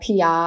PR